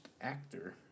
actor